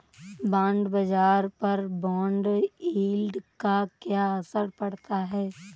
Bond बाजार पर bond yield का क्या असर पड़ता है?